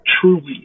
truly